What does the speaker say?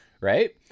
right